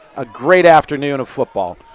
ah great afternoon of football.